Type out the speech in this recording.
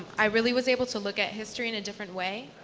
i really was able to look at history in a different way.